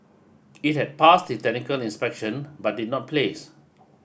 it had passed the technical inspection but did not place